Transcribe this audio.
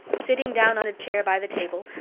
sitting down on a chair by the table,